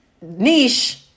niche